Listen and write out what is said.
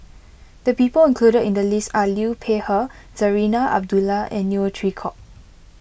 the people included in the list are Liu Peihe Zarinah Abdullah and Neo Chwee Kok